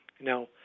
Now